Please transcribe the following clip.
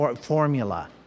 formula